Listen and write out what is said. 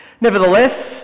Nevertheless